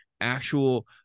actual